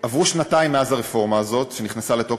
עברו שנתיים מאז הרפורמה הזאת שנכנסה לתוקף,